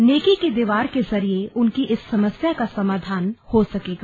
नेकी की दीवार के जरिए उनकी इस समस्या का समाधान हो सकेगा